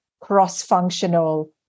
cross-functional